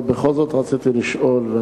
אבל בכל זאת רציתי לשאול.